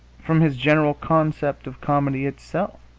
from his general concept of comedy itself,